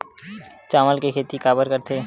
चावल के खेती काबर करथे?